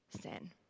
sin